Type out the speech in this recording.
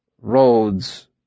Roads